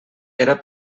era